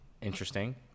interesting